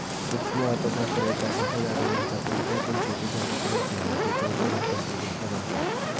सूक्ष्म अर्थशास्त्र एका छोट्या जागेवरच्या कोणत्या पण शेतीच्या तुकड्याची आणि तेच्या उपभोक्त्यांची गोष्ट करता